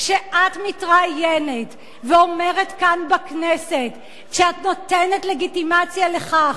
כשאת מתראיינת ואומרת כאן בכנסת שאת נותנת לגיטימציה לכך